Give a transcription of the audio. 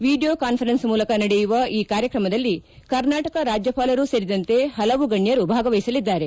video conference ಮೂಲಕ ನಡೆಯುವ ಈ ಕಾರ್ಯಕ್ರಮದಲ್ಲಿ ಕರ್ನಾಟಕ ರಾಜ್ಯಪಾಲರು ಸೇರಿದಂತೆ ಪಲವು ಗಣ್ಯರು ಭಾಗವಹಿಸಲಿದ್ದಾರೆ